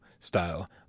style